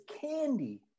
candy